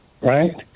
right